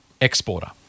exporter